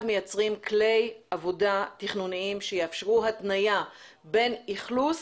מייצרים כלי עבודה תכנוניים שיאשרו התניה בין אכלוס